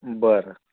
बरं